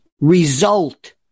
result